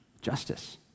Justice